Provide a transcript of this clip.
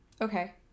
Okay